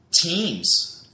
teams